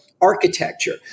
architecture